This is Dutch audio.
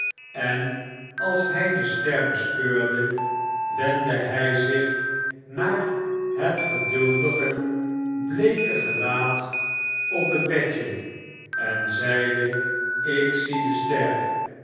en als hy dester bespeurde wendde hy zich naar het geduldige bleeke gelaat op het bedje en zeide ik zie de ster